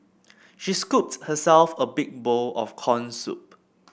she scooped herself a big bowl of corn soup